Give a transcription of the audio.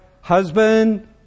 husband